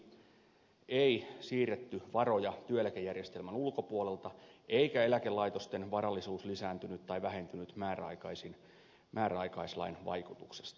työeläkelaitoksiin ei siirretty varoja työeläkejärjestelmän ulkopuolelta eikä eläkelaitosten varallisuus lisääntynyt tai vähentynyt määräaikaislain vaikutuksesta